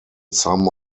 some